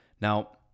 now